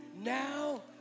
Now